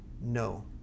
no